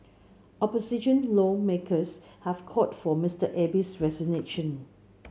opposition lawmakers have called for Mister Abe's resignation